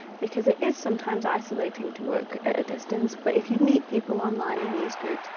because it is sometimes isolating to work at a distance. but if you meet people online in these groups,